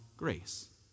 grace